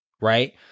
right